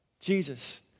Jesus